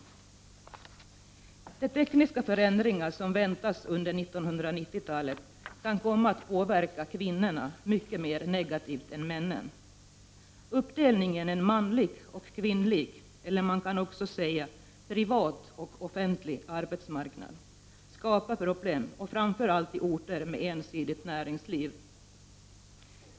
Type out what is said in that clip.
De tekniska förändringar som väntas under 1990-talet kan komma att påverka kvinnorna mycket mer negativt än männen. Uppdelningen i en manlig och en kvinnlig eller, som man också kan säga, en privat och en offentlig arbetsmarknad skapar problem framför allt på orter med ensidigt näringsliv.